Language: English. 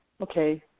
okay